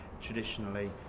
traditionally